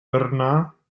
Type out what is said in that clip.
verne’a